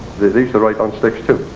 they used to write on sticks too.